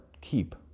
keep